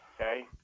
Okay